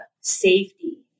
safety